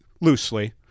loosely